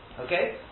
Okay